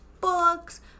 books